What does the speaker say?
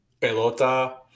Pelota